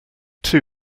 too